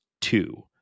two